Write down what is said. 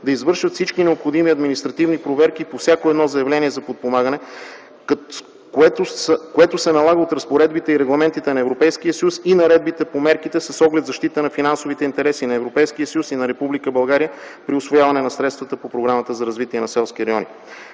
да извършат всички необходими административни проверки по всяко едно заявление за подпомагане, което се налага от разпоредбите и Регламентите на Европейския съюз и наредбите по мерките, с оглед защита на финансовите интереси на Европейския съюз и на Република България при усвояване на средствата по Програмата за развитие на селските райони.